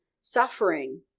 suffering